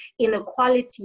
inequality